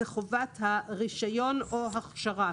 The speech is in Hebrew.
זה חובת הרישיון או הכשרה.